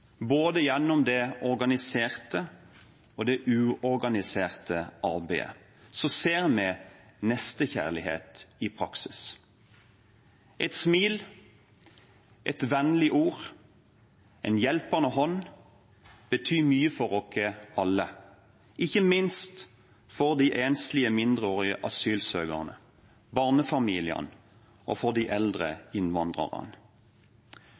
Både gjennom det organiserte og det uorganiserte arbeidet ser vi nestekjærlighet i praksis. Et smil, et vennlig ord og en hjelpende hånd betyr mye for oss alle, ikke minst for de enslige mindreårige asylsøkerne, barnefamiliene og de